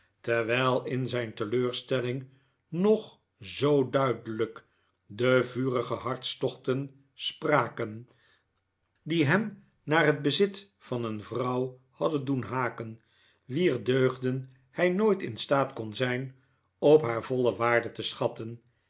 terwijl in zijn teleurstelling nog zoo duidelijk de vurige hartstochten spraken die hem naar het bezit van een vrouw hadden doen haken wier deugden hij nooit in staat kon zijn op haar voile waarde te schatten